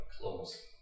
close